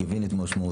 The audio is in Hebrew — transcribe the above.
יבין את משמעותה.